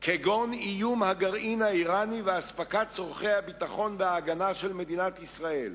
כגון איום הגרעין האירני ואספקת צורכי הביטחון וההגנה של מדינת ישראל,